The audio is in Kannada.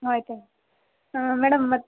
ಆಯಿತು ಹಾಂ ಮೇಡಮ್ ಮತ್ತೆ